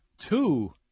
Two